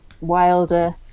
wilder